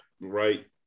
Right